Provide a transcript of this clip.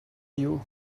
you